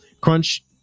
crunch